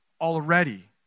already